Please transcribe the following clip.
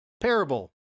parable